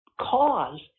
cause